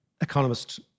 economist